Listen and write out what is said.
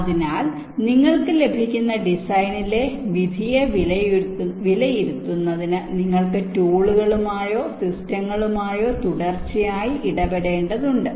അതിനാൽ നിങ്ങൾക്ക് ലഭിക്കുന്ന ഡിസൈനിലെ വിധിയെ വിലയിരുത്തുന്നതിന് നിങ്ങൾക്ക് ടൂളുകളുമായോ സിസ്റ്റങ്ങളുമായോ തുടർച്ചയായി ഇടപെടേണ്ടതുണ്ട്